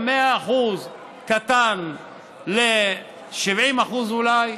ה-100% קטן ל-70% אולי,